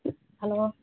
hello